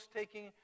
taking